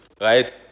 right